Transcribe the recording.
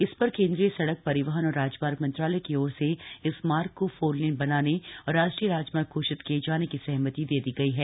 इस पर केंद्रीय सड़क परिवहन और राजमार्ग मंत्रालय की ओर से इस मार्ग को फोर लेन बनाने और राष्ट्रीय राजमार्ग घोषित किए जाने की सहमति दे दी गई है